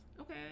Okay